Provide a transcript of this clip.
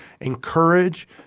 encourage